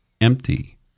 empty